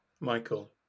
michael